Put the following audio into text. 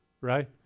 right